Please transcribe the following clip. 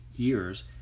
years